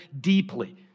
deeply